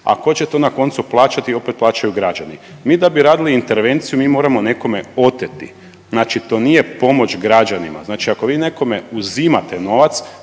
a tko će to na koncu plaćati opet plaćaju građani. Mi da bi radili intervenciju mi moramo nekome oteti, znači to nije pomoć građanima, znači ako vi nekome uzimate novac